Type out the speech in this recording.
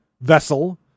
vessel